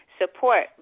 support